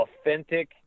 authentic